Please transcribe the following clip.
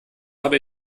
habe